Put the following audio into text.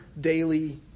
daily